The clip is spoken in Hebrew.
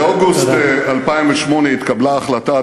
באוגוסט 2008 התקבלה ההחלטה,